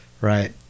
right